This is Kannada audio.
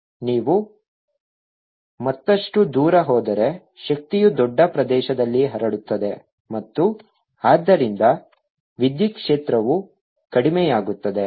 ನೀವು ಮತ್ತಷ್ಟು ದೂರ ಹೋದರೆ ಶಕ್ತಿಯು ದೊಡ್ಡ ಪ್ರದೇಶದಲ್ಲಿ ಹರಡುತ್ತದೆ ಮತ್ತು ಆದ್ದರಿಂದ ವಿದ್ಯುತ್ ಕ್ಷೇತ್ರವು ಕಡಿಮೆಯಾಗುತ್ತದೆ